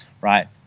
right